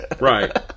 Right